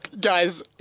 Guys